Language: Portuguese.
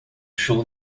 show